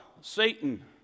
Satan